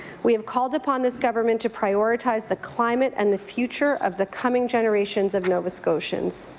we have called upon this government to prioritize the climate and the future of the coming generations of nova scotians.